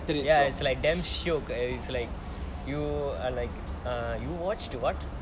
ya it's like damn shiok eh it's like you are like err you watched [what]